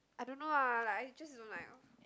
I don't know ah like I just dont like orh